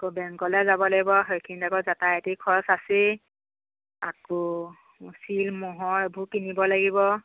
আকৌ বেংকলৈ যাব লাগিব সেইখিনি আকৌ যাতায়তী খৰচ আছে আকৌ চিল মোহৰ এইবোৰ কিনিব লাগিব